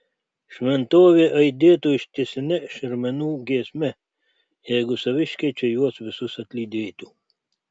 šventovė aidėtų ištisine šermenų giesme jeigu saviškiai čia juos visus atlydėtų